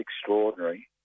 extraordinary